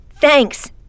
Thanks